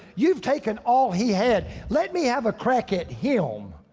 you've taken all he had let me have a crack at him.